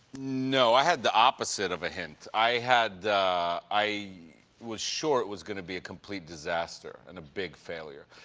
no. i had the opposite of a hint. i had i was sure it was going to be a complete disaster and a big failure.